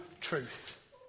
truth